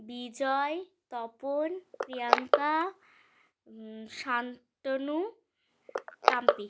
Bijoy Tapan Priyanka Shantanu Tampi